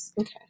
Okay